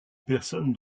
personnes